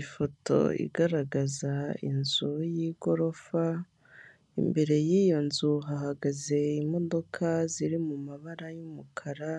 Ifoto igaragaza inzu y'igorofa, imbere y'iyo nzu hahagaze imodoka ziri mu mabara y'umukara